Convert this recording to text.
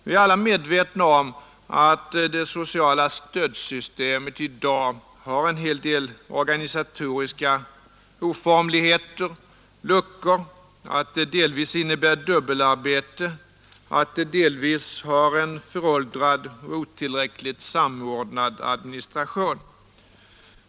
Vi är alla medvetna om att det sociala stödsystemet i dag har en hel del organisatoriska oformligheter och luckor, att det delvis innebär dubbelarbete, att det delvis har en föråldrad och otillräckligt samordnad administration.